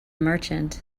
merchant